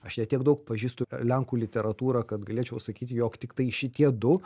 aš ne tiek daug pažįstu lenkų literatūrą kad galėčiau sakyti jog tiktai šitie du